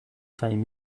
time